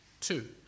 Two